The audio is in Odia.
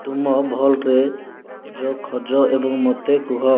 ତୁମ ଭଲ୍ଟରେ ଜୋକ୍ ଖୋଜ ଏବଂ ମୋତେ କୁହ